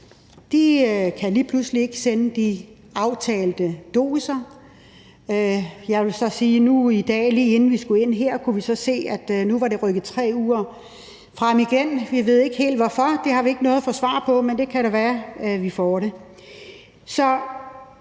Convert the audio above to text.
EU, kan lige pludselig ikke sende de aftalte doser. Jeg vil så sige, at i dag, lige inden vi skulle ind til den her debat, kunne vi så se, at det igen er rykket 3 uger frem. Vi ved ikke helt hvorfor. Det har vi ikke nået at få svar på, men det kan da være, at vi får det.